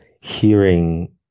hearing